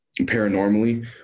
paranormally